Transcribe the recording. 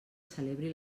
celebri